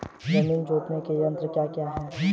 जमीन जोतने के यंत्र क्या क्या हैं?